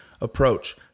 approach